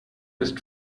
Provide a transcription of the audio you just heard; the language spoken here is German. ist